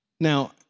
Now